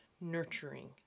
nurturing